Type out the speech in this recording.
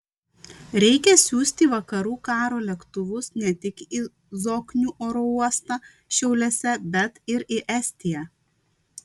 reikia siųsti vakarų karo lėktuvus ne tik į zoknių oro uostą šiauliuose bet ir į estiją